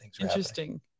interesting